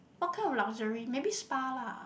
what kind of luxury maybe spa lah